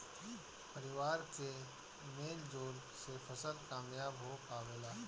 परिवार के मेल जोल से फसल कामयाब हो पावेला